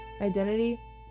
identity